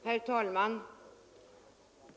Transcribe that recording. Herr talman!